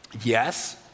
Yes